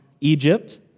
Egypt